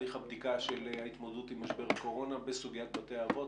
תהליך הבדיקה של ההתמודדות עם משבר הקורונה בסוגיית בתי האבות,